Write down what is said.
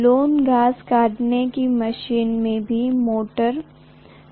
lawn घास काटने की मशीन में भी मोटर है